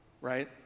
Right